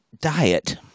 diet